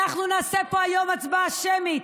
אנחנו נעשה פה היום הצבעה שמית,